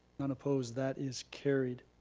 none opposed. that is carried.